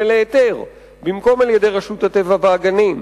להיתר במקום על-ידי רשות הטבע והגנים.